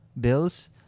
bills